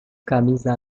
camisa